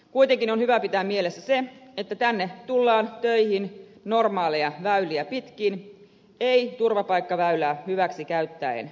kuitenkin on hyvä pitää mielessä se että tänne tullaan töihin normaaleja väyliä pitkin ei turvapaikkaväylää hyväksi käyttäen